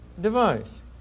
device